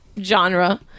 genre